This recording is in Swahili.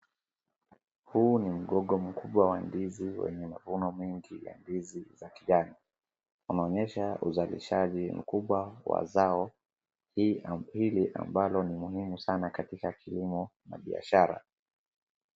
Huu ni mgogo mkubwa wa ndizi wenye mavuno mengi ya ndizi za kijani, unaonyesha uzalishaji mkubwa wa zao hili ambalo ni muhimu katika kilimo na biashara.